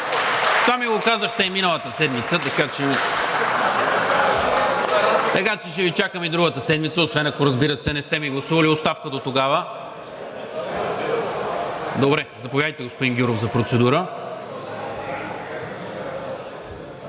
Това ми го казахте и миналата седмица, така че ще Ви чакам и другата седмица, освен ако, разбира се, не сте ми гласували оставката дотогава. Заповядайте, господин Гюров, за процедура.